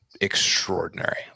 extraordinary